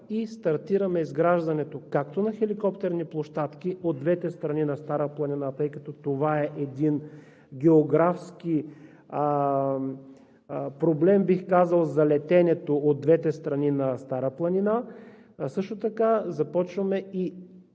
и стартираме изграждането на хеликоптерни площадки от двете страни на Стара планина, тъй като това е един, бих казал, географски проблем за летенето от двете страни на Стара планина. Също така започваме и